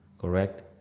correct